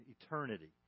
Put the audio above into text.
eternity